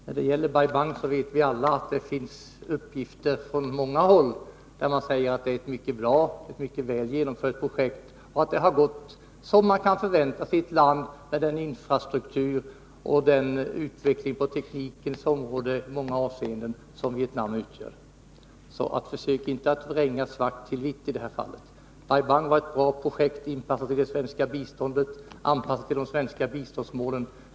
När det gäller Bai Bang vet vi alla att uppgifter från många håll säger att det är ett mycket väl genomfört projekt och att det har gått som man kan förvänta sig i ett land med Vietnams infrastruktur och utveckling på teknikens område. Försök inte vränga svart till vitt i detta fall. Bai Bang var ett bra projekt, inplacerat i det svenska biståndet och anpassat till de svenska biståndsmålen.